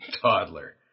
toddler